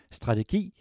strategi